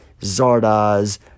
Zardoz